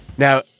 Now